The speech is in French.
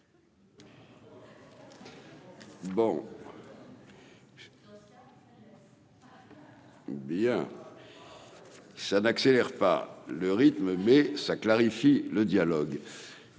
Bien ça n'accélère pas le rythme mais ça clarifie le dialogue,